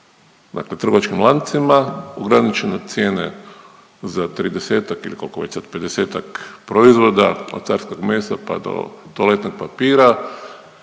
dakle trgovačkim lancima ograničene cijene za 30-ak ili koliko već sad 50-ak proizvoda od carskog mesa pa do toaletnog papira,